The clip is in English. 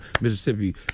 Mississippi